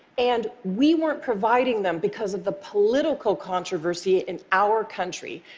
and we weren't providing them because of the political controversy in our country,